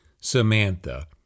Samantha